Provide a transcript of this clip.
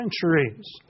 centuries